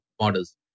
models